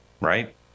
right